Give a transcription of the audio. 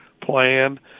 plan